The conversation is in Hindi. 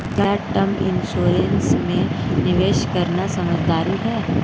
क्या टर्म इंश्योरेंस में निवेश करना समझदारी है?